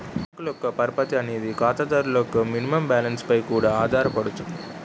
బ్యాంకుల యొక్క పరపతి అనేది ఖాతాదారుల మినిమం బ్యాలెన్స్ పై కూడా ఆధారపడుతుంది